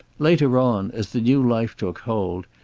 later on, as the new life took hold,